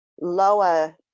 lower